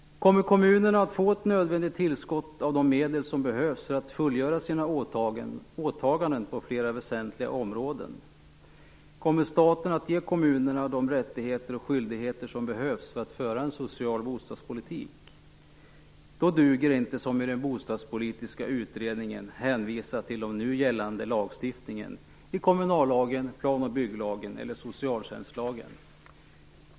Kommer kommunerna att få ett nödvändigt tillskott av de medel som behövs för att fullgöra sina åtaganden på flera väsentliga områden? Kommer staten att ge kommunerna de rättigheter och skyldigheter som behövs för att föra en social bostadspolitik? Då duger det inte att som i den bostadspolitiska utredningen hänvisa till den nu gällande lagstiftningen i kommunallagen, plan och bygglagen eller socialtjänstlagen.